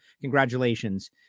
Congratulations